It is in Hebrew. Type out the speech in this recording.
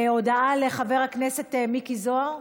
הודעה לחבר הכנסת מיקי זוהר,